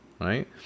right